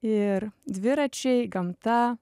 ir dviračiai gamta